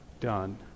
done